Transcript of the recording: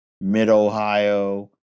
Mid-Ohio